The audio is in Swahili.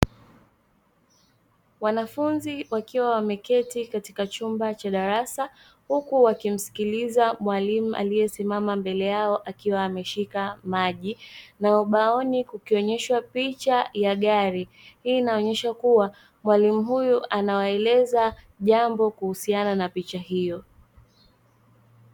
Wanafunzi wakiwa wameketi katika chumba cha darasa huku wakimsikiliza mwalimu aliyesimama mbele yao akiwa ameshika maji, na ubaoni kukionyeshwa picha ya gari; hii inaonyesha kuwa mwalimu huyu anawaeleza jambo kuhusiana na picha hiyo.